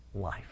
life